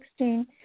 2016